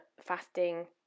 fasting